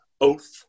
oath